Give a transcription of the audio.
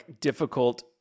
difficult